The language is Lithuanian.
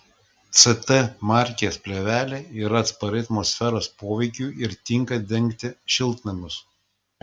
ct markės plėvelė yra atspari atmosferos poveikiui ir tinka dengti šiltnamius